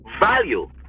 Value